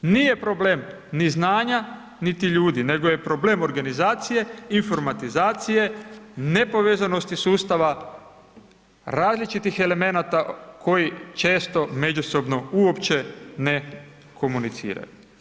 Nije problem ni znanja niti ljudi nego je problem organizacije, informatizacije, nepovezanosti sustava, različitih elemenata koji često uopće ne komuniciraju.